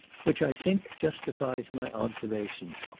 which, i think, justifies my observation.